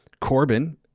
Corbin